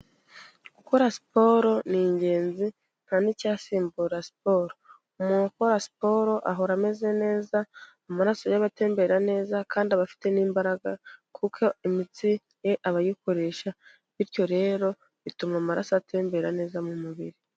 Gukora siporo ni ingenzi, nta n'icyasimbura siporo. Umuntu ukora siporo ahora ameze neza, amaraso ye aba atembera neza ,kandi aba afite n'imbaraga kuko imitsi ye aba ayikoresha, bityo rero bituma amaraso atembera neza mu mubiri.